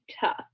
tough